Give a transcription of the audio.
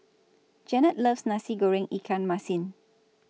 Jennette loves Nasi Goreng Ikan Masin